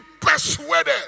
persuaded